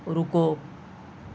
رکو